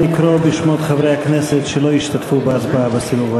נא לקרוא בשמות חברי הכנסת שלא השתתפו בהצבעה בסיבוב הזה.